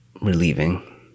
relieving